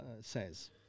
says